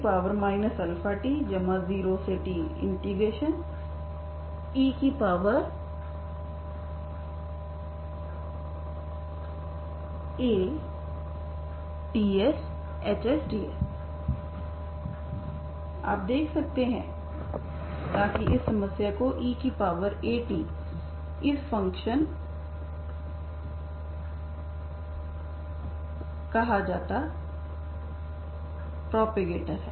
आप देख सकते हैं ताकि इस समस्या को eAt इस फंक्शन एक कहा जाता प्रॉपगेटर है